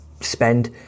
spend